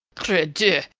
credieu!